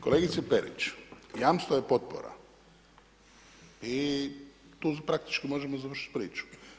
Kolegice Perić, jamstvo je potpora i tu praktički možemo završiti priču.